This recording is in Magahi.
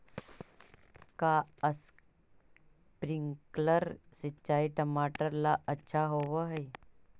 का स्प्रिंकलर सिंचाई टमाटर ला अच्छा होव हई?